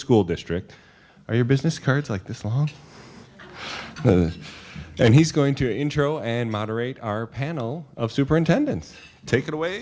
school district or business cards like this long and he's going to intro and moderate our panel of superintendence take it away